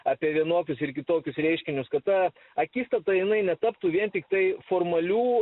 apie vienokius ir kitokius reiškinius kad ta akistata jinai netaptų vien tiktai formalių